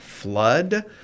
Flood